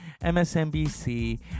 MSNBC